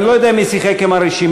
אני לא יודע מי שיחק עם הרשימה,